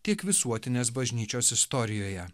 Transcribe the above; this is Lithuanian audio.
tiek visuotinės bažnyčios istorijoje